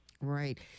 Right